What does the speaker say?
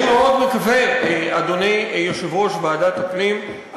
אני מקווה מאוד, אדוני יושב-ראש ועדת הפנים.